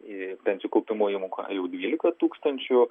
į pensijų kaupimo įmoką jau dvylika tūkstančių